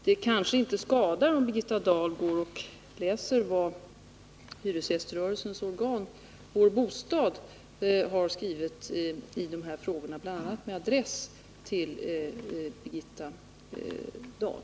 Det kanske inte skulle skada om Birgitta Dahl ville läsa vad hyresgäströrelsens organ Vår bostad har skrivit i de här frågorna, bl.a. med adress till Birgitta Dahl.